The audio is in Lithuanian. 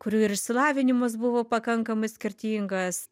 kurių ir išsilavinimas buvo pakankamai skirtingas